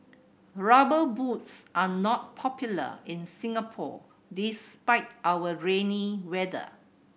Rubber Boots are not popular in Singapore despite our rainy weather